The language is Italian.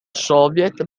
soviet